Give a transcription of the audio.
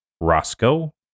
Roscoe